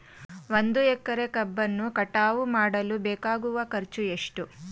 ಒಂದು ಎಕರೆ ಕಬ್ಬನ್ನು ಕಟಾವು ಮಾಡಲು ಬೇಕಾಗುವ ಖರ್ಚು ಎಷ್ಟು?